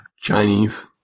Chinese